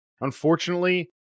unfortunately